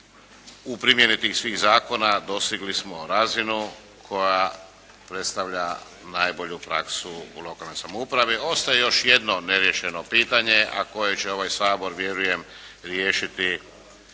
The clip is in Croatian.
u primjeni tih svih zakona dostigli smo razinu koja predstavlja najbolju praksu u lokalnoj samoupravi. Ostaje još jedno neriješeno pitanje a koje će ovaj Sabor vjerujem riješiti